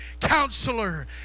Counselor